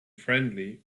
friendly